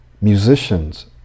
musicians